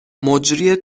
مجری